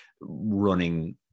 running